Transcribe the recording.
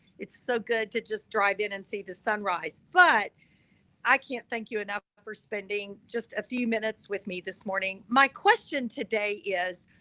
it's so good to just drive in and see the sunrise, but i can't thank you enough for spending just a few minutes with me this morning. my question today is,